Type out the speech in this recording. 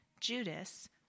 Judas